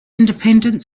independent